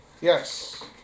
Yes